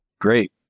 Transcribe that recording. Great